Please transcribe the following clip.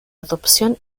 adopción